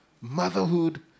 Motherhood